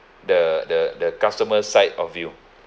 the the the customer's side of you